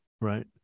Right